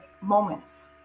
moments